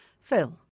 Phil